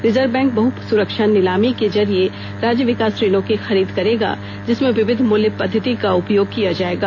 reserve Bank बह सुरक्षा नीलामी के जरिए राज्य विकास ऋणों की खरीद करेगा जिसमें विविध मूल्य पद्धति का उपयोग किया जाएगा